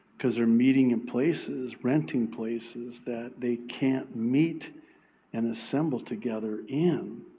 because they're meeting in places, renting places that they can't meet and assemble together in.